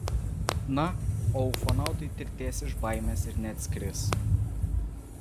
na o ufonautai tirtės iš baimės ir neatskris